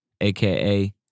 aka